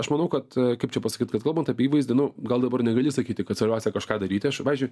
aš manau kad kaip čia pasakyt kad kalbant apie įvaizdį nu gal dabar negali sakyti kad svarbiausia kažką daryti aš pavyzdžiui